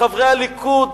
חברי הליכוד,